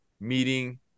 meeting